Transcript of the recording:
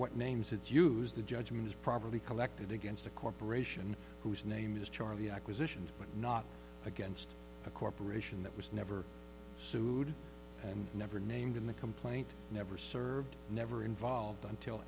what names it's use the judgment is probably collected against a corporation whose name is charlie acquisitions but not against a corporation that was never sued and never named in the complaint never served never involved until